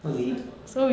how do we